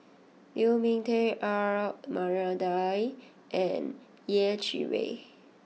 Lu Ming Teh Earl Maria Dyer and Yeh Chi Wei